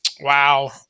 Wow